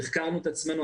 תחקרנו את עצמנו,